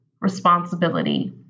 responsibility